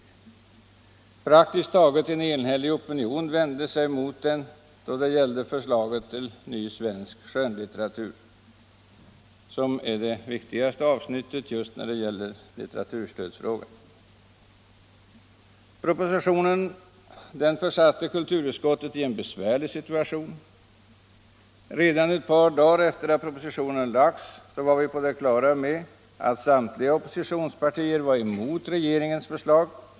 En praktiskt taget enhällig opinion vände sig mot den del av förslaget som gällde ny svensk skönlitteratur, som är det viktigaste avsnittet i litteraturstödsfrågan. Propositionen försatte kulturutskottet i en besvärlig situation. Redan ett par dagar efter det att propositionen hade lagts var vi på det klara med att samtliga oppositionspartier var emot regeringens förslag.